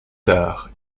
tard